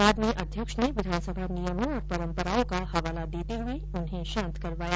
बाद में अध्यक्ष ने विधानसभा नियमों और परंपराओं का हवाला देते हुए शांत करवाया